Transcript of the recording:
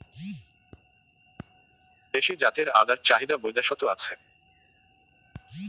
দেশী জাতের আদার চাহিদা বৈদ্যাশত আছে